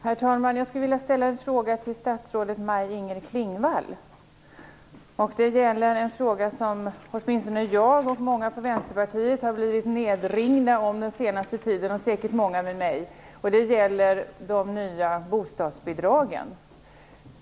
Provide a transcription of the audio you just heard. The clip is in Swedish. Herr talman! Jag skulle vilja ställa en fråga till statsrådet Maj-Inger Klingvall. Det gäller en fråga som åtminstone jag och många i Vänsterpartiet, och säkert många med oss, har blivit nedringda om den senaste tiden, och det är de nya bostadsbidragen.